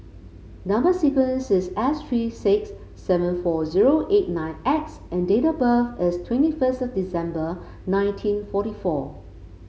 number sequence is S three six seven four zero eight nine X and date of birth is twenty first of December nineteen fourty four